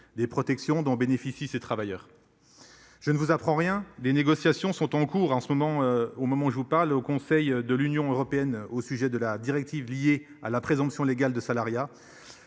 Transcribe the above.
des protections dont bénéficient ces travailleurs. Je ne vous apprends rien. Des négociations sont en cours en ce moment, au moment où je vous parle au Conseil de l'Union européenne au sujet de la directive lié à la présomption légale de salariat.